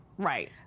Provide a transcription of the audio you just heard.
Right